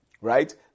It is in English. Right